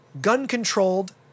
gun-controlled